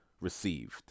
received